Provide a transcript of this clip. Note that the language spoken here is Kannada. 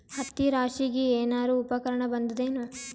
ಹತ್ತಿ ರಾಶಿಗಿ ಏನಾರು ಉಪಕರಣ ಬಂದದ ಏನು?